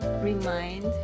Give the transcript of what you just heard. remind